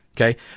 Okay